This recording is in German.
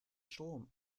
strom